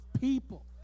people